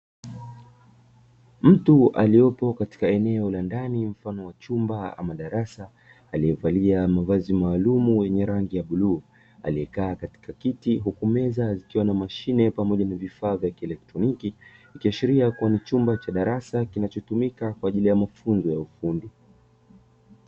Mtu aliopo katika eneo la ndani mfano wa chumba ama darasa. Alivyovalia mavazi maalumu yenye rangi ya bluu aliyekaa katika kiti. Hukumeza zikiwa na mashine pamoja na vifaa vya kielektroniki ikiashiria, kuwa ni chumba cha darasa kinachotumika kwa ajili ya mafunzo ya ufundi.